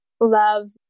love